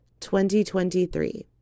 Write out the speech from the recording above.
2023